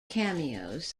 cameos